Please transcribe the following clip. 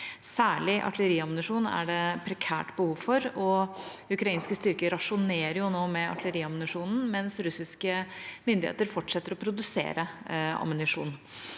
Særlig artilleriammunisjon er det prekært behov for. Ukrainske styrker rasjonerer nå med artilleriammunisjonen, mens russiske myndigheter fortsetter å produsere ammunisjon.